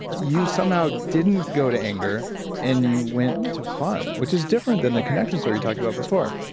you somehow didn't go to anger and you went to fun, which is different than the connection so you talked about before.